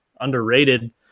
underrated